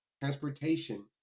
transportation